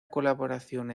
colaboración